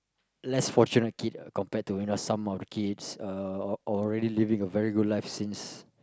less fortunate kid compared to you know some of the kids uh already living a very good life since